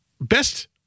best